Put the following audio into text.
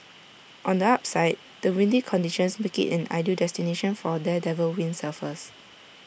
on the upside the windy conditions make IT an ideal destination for daredevil windsurfers